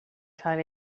cael